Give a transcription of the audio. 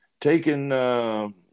taking